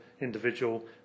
individual